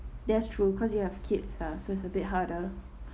that's true cause you have kids lah so it's a bit harder